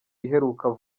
iheruka